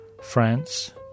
France